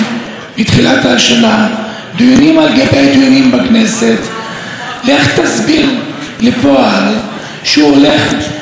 לך תסביר לפועל שהוא הולך לעבוד ולא הולך למלחמה.